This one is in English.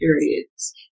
periods